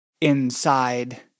inside